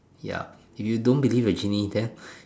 ya if you don't believe the genie then